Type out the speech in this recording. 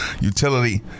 Utility